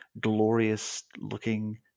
glorious-looking